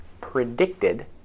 predicted